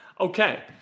Okay